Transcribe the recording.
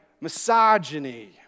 misogyny